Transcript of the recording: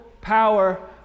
power